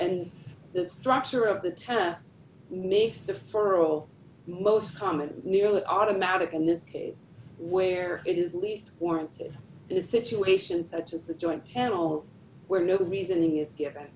and the structure of the test makes deferral most common nearly automatic in this case where it is least warranted in a situation such as the joint canales where no reasoning is given